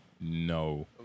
No